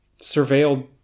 surveilled